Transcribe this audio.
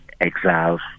exiles